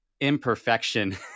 imperfection